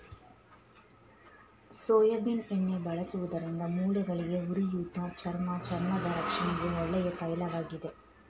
soybean ಎಣ್ಣೆ ಬಳಸುವುದರಿಂದ ಮೂಳೆಗಳಿಗೆ, ಉರಿಯೂತ, ಚರ್ಮ ಚರ್ಮದ ರಕ್ಷಣೆಗೆ ಒಳ್ಳೆಯ ತೈಲವಾಗಿದೆ